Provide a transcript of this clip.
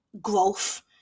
growth